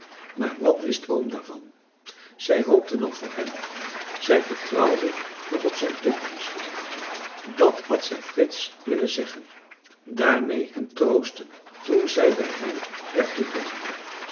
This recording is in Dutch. maar wat wist oom daarvan zij hoopte nog voor hem zij vertrouwde nog op zijn toekomst dat had zij frits willen zeggen daarmee hem troosten toen zij bij hem werd toegelaten